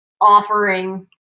offering